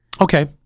Okay